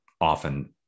often